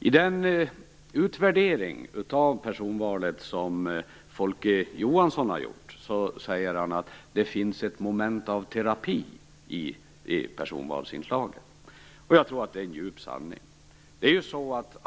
I den utvärdering av personvalet som Folke Johansson har gjort säger han att det finns ett moment av terapi i personvalsinslaget. Jag tror att detta är en djup sanning.